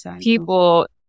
people